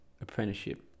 apprenticeship